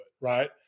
right